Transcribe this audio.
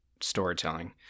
storytelling